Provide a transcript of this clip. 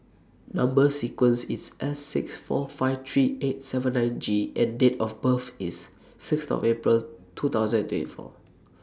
Number sequence IS S six four five three eight seven nine G and Date of birth IS six of April two thousand and twenty four